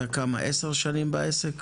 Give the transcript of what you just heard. כמה שנים אתה בעסק?